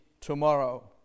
tomorrow